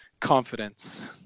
confidence